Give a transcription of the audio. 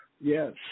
Yes